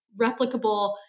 replicable